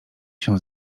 się